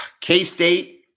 K-State